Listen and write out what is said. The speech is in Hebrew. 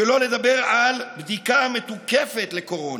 שלא לדבר על בדיקה מתוקפת לקורונה.